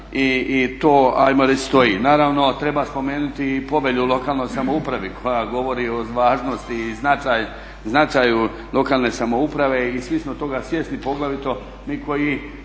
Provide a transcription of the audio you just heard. i to ajmo reći stoji. Naravno treba spomenuti i Povelju o lokalnoj samoupravi koja govori o važnosti i značaju lokalne samouprave i svi smo toga svjesni, poglavito mi koji